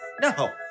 No